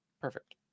perfect